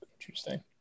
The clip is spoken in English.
Interesting